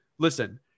Listen